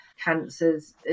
cancers